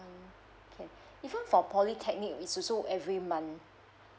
okay even for polytechnic is so so every month